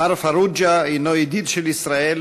מר פרוג'ה הוא ידיד של ישראל,